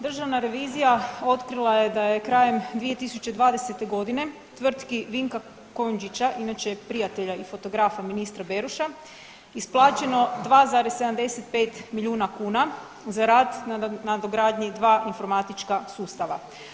Državna revizija otkrila je da je krajem 2020. g. tvrtki Vinka Kujundžića, inače prijatelja i fotografa ministra Beroša isplaćeno 2,75 milijuna kuna za rad na nadogradnji 2 informatička sustava.